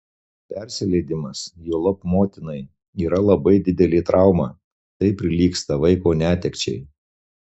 persileidimas juolab motinai yra labai didelė trauma tai prilygsta vaiko netekčiai